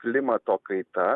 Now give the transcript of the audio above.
klimato kaita